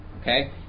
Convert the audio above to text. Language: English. Okay